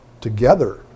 together